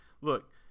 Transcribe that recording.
Look